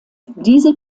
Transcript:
diese